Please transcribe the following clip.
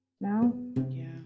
now